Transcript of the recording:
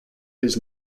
his